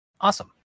Awesome